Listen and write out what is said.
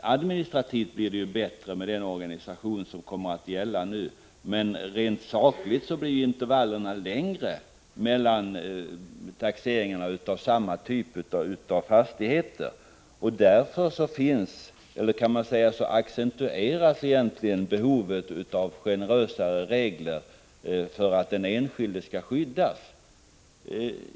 Administrativt blir det bättre med den organisation som kommer att gälla nu, men rent sakligt blir intervallerna längre mellan taxeringarna av samma typ av fastigheter. Därför accentueras egentligen behovet av generösare regler för att den enskilde skall skyddas.